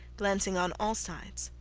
glancing on all sides,